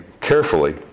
carefully